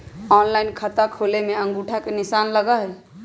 Online खाता खोले में अंगूठा के निशान लगहई?